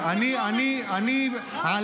אני קורא אותך לסדר פעם ראשונה.